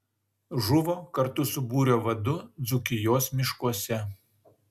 žuvo kartu su būrio vadu dzūkijos miškuose